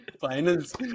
finals